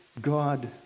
God